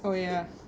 oh ya